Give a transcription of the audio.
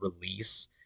release